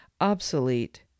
obsolete